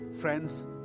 Friends